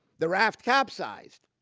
the raft capsized,